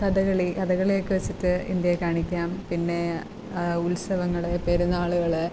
കഥകളി കഥകളിയൊക്കെ വച്ചിട്ട് ഇന്ത്യയെ കാണിക്കാം പിന്നെ ഉത്സവങ്ങൾ പെരുന്നാളുകൾ